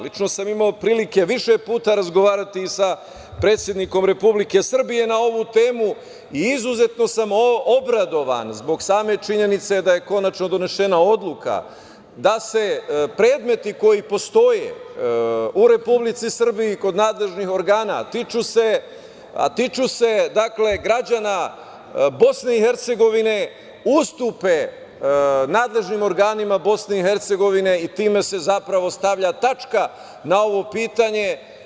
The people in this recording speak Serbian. Lično sam imao prilike više puta razgovarati i sa predsednikom Republike Srbije na ovu temu, i izuzetno sam obradovan zbog same činjenice da je konačno donešena odluka da se predmeti koji postoje u Republici Srbiji kod nadležnih organa, a tiču se građana BiH, ustupe nadležnim organima BiH, i time se zapravo stavlja tačka na ovo pitanje.